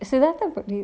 so that than but you